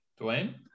Dwayne